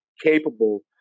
capable